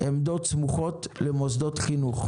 עמדות הסמוכות למוסדות חינוך,